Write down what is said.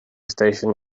station